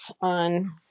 on